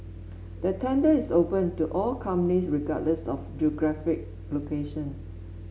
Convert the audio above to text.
the tender is open to all companies regardless of geographic location